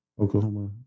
Oklahoma